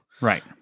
Right